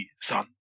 son